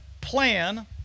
plan